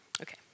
Okay